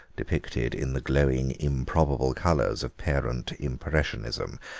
depicted in the glowing improbable colours of parent impressionism,